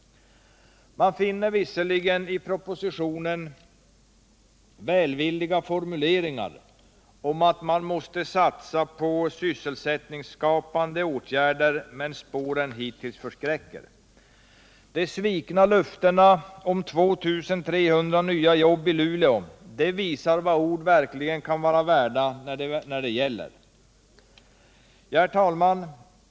Man finner visserligen i propositionen välvilliga formuleringar om att man måste satsa på nya sysselsättningsskapande åtgärder, men utvecklingen hittills förskräcker. De svikna löftena om 2 300 nya jobb i Luleå visar vad ord kan vara värda, när det verkligen gäller. Herr talman!